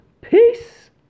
Peace